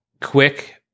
quick